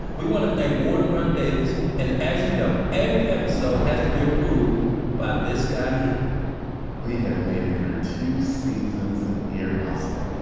we want to thank warden ron davis and, as you know, every episode has to be approved by this guy we we have made it through two seasons of ear hustle.